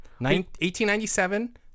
1897